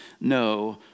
no